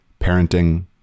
parenting